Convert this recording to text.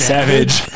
Savage